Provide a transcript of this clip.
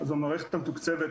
במערכת המתוקצבת,